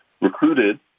recruited